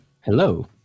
Hello